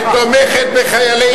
הכנסת היא זו שתומכת בחיילי צה"ל,